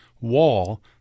wall